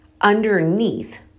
underneath